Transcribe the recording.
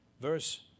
verse